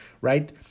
right